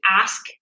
ask